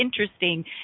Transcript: interesting